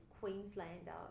Queenslander